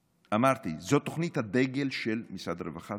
אמרתי, זו תוכנית הדגל של משרד הרווחה.